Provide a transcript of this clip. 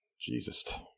Jesus